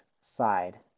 side